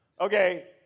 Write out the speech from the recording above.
Okay